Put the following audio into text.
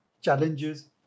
challenges